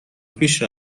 پیش